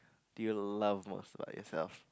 do you love mores like yourself